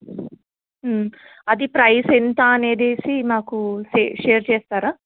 అది ప్రైజ్ ఎంతా అనేదిసి నాకు షేర్ చేస్తారా